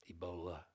Ebola